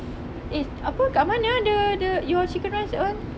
eh apa kat mana ah the the your chicken rice that one